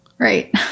Right